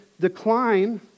decline